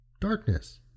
darkness